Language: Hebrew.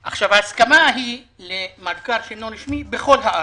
ההסכמה היא למלכ"ר שאינו רשמי בכל הארץ.